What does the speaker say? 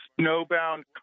snowbound